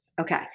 Okay